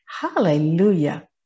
Hallelujah